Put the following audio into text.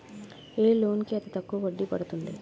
ఏ loan కి అతి తక్కువ వడ్డీ పడుతుంది?